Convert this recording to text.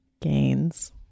gains